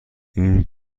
این